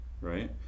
right